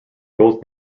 both